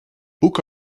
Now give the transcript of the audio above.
book